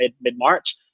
mid-March